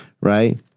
right